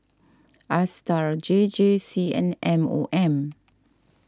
Astar J J C and M O M